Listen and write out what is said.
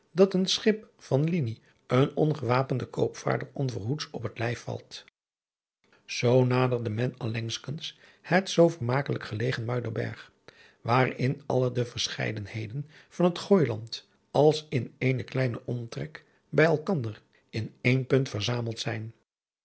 dat een schip van linie een ongewapenden koopvaarder onverhoeds op het lijf valt zoo naderde men allengskens het zoo vermakelijk gelegen muiderberg waarin alle de verscheidenheden van t gooiland als in eenen kleinen omtrek bij elkander in één punt verzameld zijn